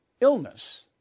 illness